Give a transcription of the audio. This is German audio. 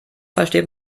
versteht